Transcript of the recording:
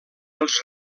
els